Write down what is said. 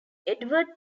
edward